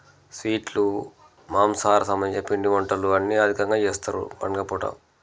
స్వీట్లు మాంసాహార సంబంధించిన పిండి వంటలు అన్నీ అధికంగా చేస్తారు పండుగ పూట